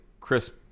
crisp